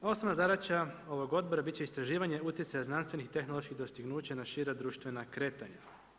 Osnovna zadaća ovog odbora bit će istraživanje utjecaja znanstvenih i tehnoloških dostignuća na šira društvena kretanja.